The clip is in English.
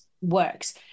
works